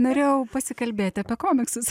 norėjau pasikalbėti apie komiksus